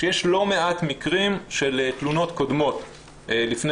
שיש לא מעט מקרים של תלונות קודמות לפני